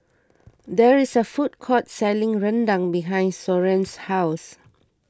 there is a food court selling Rendang behind Soren's house